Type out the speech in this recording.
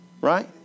right